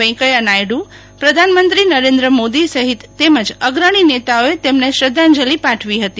વેંકૈયા નાયડુ પ્રધાનમંત્રી નરેન્દ્ર મોદી તેમજ અગ્રણી નેતાઓએ તેમને શ્રદ્ધાંજલિ પાઠવી હતી